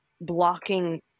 blocking